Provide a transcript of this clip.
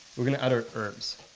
we add our herbs.